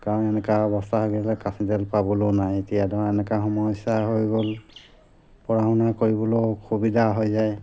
কাৰণ এনেকা অৱস্থা হৈ গ'লে কাচি তেল পাবলৈও নাই এতিয়া ধৰক এনেকা সমস্যা হৈ গ'ল পঢ়া শুনা কৰিবলৈও অসুবিধা হৈ যায়